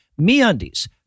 MeUndies